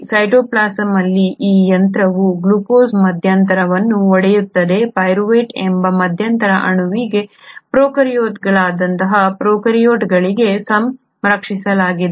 ಸೈಟೋಪ್ಲಾಸಂನ ಅಲ್ಲಿನ ಈ ಯಂತ್ರವು ಗ್ಲೂಕೋಸ್ ಮಧ್ಯಂತರವನ್ನು ಒಡೆಯುತ್ತದೆ ಪೈರುವೇಟ್ ಎಂಬ ಮಧ್ಯಂತರ ಅಣುವಿಗೆ ಪ್ರೊಕಾರ್ಯೋಟ್ಗಳಾದ್ಯಂತ ಯುಕ್ಯಾರಿಯೋಟ್ಗಳಿಗೆ ಸಂರಕ್ಷಿಸಲಾಗಿದೆ